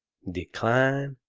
decline?